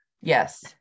Yes